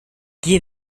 kie